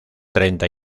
treinta